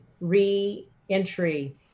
re-entry